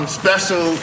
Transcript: special